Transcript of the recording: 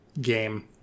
game